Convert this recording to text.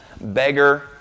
beggar